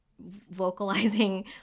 vocalizing